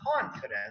confidence